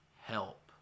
help